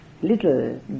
little